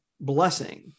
blessing